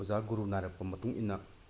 ꯑꯣꯖꯥ ꯒꯨꯔꯨ ꯅꯥꯏꯔꯛꯄ ꯃꯇꯨꯡ ꯏꯟꯅ